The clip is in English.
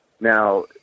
Now